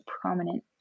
prominent